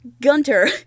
gunter